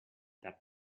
that